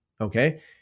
Okay